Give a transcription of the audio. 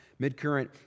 Midcurrent